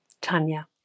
Tanya